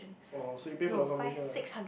oh so you pay for the accommodation ah